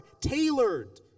tailored